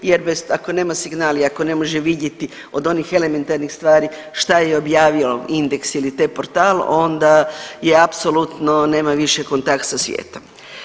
Jer bez, ako nema signal i ako ne može vidjeti od onih elementarnih stvari šta je objavio Indeks ili Tportal onda je apsolutno nema više kontakt sa svijetom.